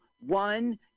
one